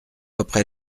après